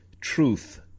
truth